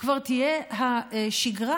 כבר תהיה השגרה,